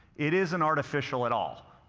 it isn't artificial at all.